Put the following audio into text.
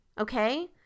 okay